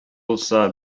булса